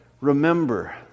Remember